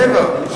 מעבר.